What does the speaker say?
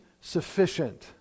sufficient